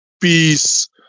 peace